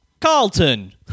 Carlton